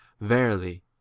Verily